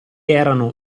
erano